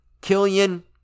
Killian